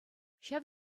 ҫав